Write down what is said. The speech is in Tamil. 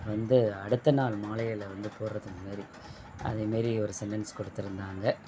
வந்து அடுத்த நாள் மாலைகளை வந்து போடுறது மாதிரி அதை மாரி ஒரு சென்டன்ஸ் கொடுத்துருந்தாங்க